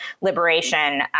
liberation